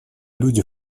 люди